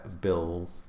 Bill